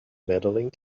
medaling